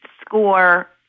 score